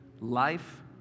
life